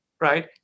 right